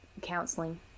counseling